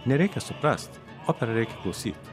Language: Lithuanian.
nereikia suprast operą reikia klausyt